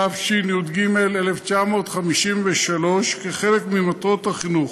התשי"ג 1953, כחלק ממטרות החינוך.